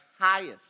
highest